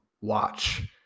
watch